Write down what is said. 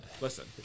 listen